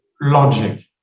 logic